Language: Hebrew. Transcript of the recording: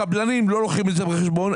הקבלנים לא לוקחים את זה בחשבון,